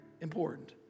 important